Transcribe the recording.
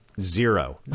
Zero